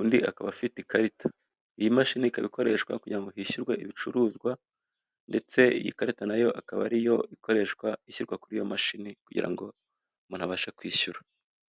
undi akaba afite ikarita. Iyi mashini ikaba ikoreshwa kugira ngo hishyurwe ibicuruzwa ndetse iyi karita nayo akaba ariyo ikoreshwa ishyirwa kuri iyo mashini kugira ngo umuntu abashe kwishyura.